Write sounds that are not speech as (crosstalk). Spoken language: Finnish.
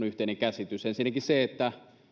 (unintelligible) yhteinen käsitys ensinnäkin siitä että